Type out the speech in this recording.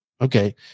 Okay